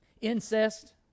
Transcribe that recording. incest